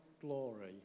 glory